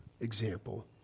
example